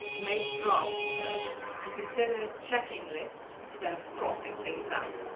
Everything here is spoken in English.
make drafts first, and consider checking lists instead of crossing things out.